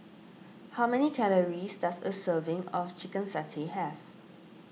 how many calories does a serving of Chicken Satay have